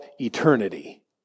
eternity